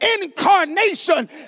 incarnation